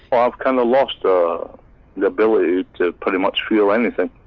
i've kind of lost ah the ability to pretty much feel anything.